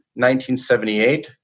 1978